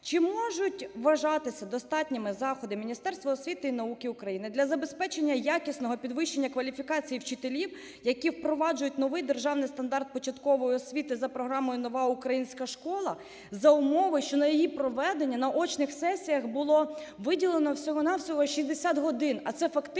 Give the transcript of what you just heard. чи можуть вважатися достатніми заходи Міністерства освіти і науки України для забезпечення якісного підвищення кваліфікації вчителів, які впроваджують новий державний стандарт початкової освіти за програмою "Нова українська школа" за умови, що на її проведення на очних сесіях було виділено всього-на-всього 60 годин, а це фактично